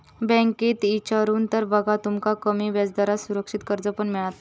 बँकेत इचारून तर बघा, तुमका कमी व्याजदरात सुरक्षित कर्ज पण मिळात